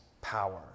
power